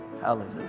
Hallelujah